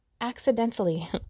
accidentally